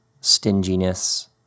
stinginess